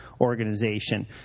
organization